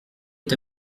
est